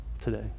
today